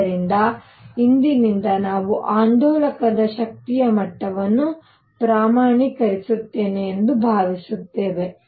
ಆದ್ದರಿಂದ ಇಂದಿನಿಂದ ನಾವು ಆಂದೋಲಕದ ಶಕ್ತಿಯ ಮಟ್ಟವನ್ನು ಪ್ರಮಾಣೀಕರಿಸುತ್ತೇವೆ ಎಂದು ಭಾವಿಸುತ್ತೇವೆ